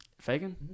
Fagan